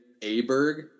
Aberg